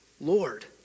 Lord